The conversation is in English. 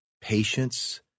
patience